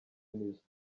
nizo